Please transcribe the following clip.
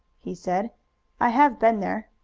he said i have been there.